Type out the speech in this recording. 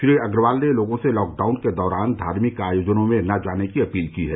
श्री अग्रवाल ने लोगों से लॉकडाउन के दौरान धार्मिक आयोजनों में न जाने की अपील की है